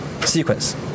sequence